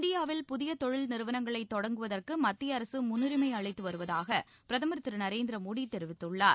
இந்தியாவில் புதிய தொழில் நிறுவனங்களைத் தொடங்குவதற்கு மத்திய அரசு முன்னுரிமை அளித்து வருவதாக பிரதமர் திரு நரேந்திர மோடி தெரிவித்துள்ளார்